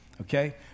okay